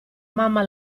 mamma